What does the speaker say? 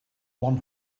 one